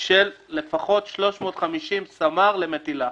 של לפחות 350 סמ"ר למטילה".